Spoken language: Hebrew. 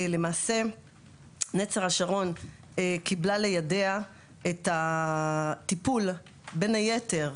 למעשה נצר השרון קיבלה לידיה את הטיפול בין היתר,